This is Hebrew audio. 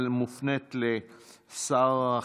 מופנית לשר